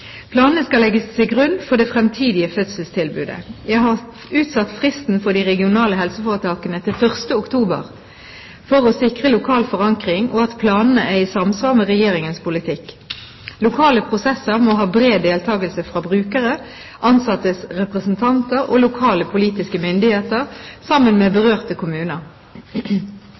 Planene skal legges til grunn for det fremtidige fødselstilbudet. Jeg har utsatt fristen for de regionale helseforetakene til 1. oktober for å sikre lokal forankring og at planene er i samsvar med Regjeringens politikk. Lokale prosesser må ha bred deltakelse fra brukere, ansattes representanter og lokale politiske myndigheter sammen med berørte kommuner.